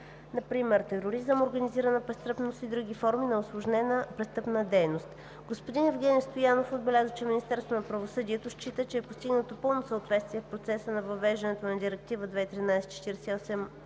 (например тероризъм, организирана престъпност и други форми на усложнена престъпна дейност). Господин Евгени Стоянов отбеляза, че Министерството на правосъдието счита, че е постигнато пълно съответствие в процеса на въвеждане на Директива 2013/48/ЕС